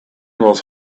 was